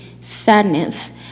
sadness